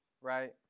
right